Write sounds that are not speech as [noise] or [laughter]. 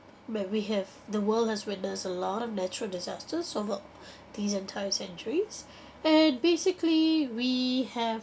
may we have the world has witnessed a lot of natural disasters over [breath] these entire centuries [breath] and basically we have